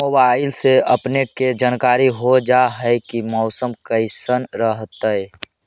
मोबाईलबा से अपने के जानकारी हो जा है की मौसमा कैसन रहतय?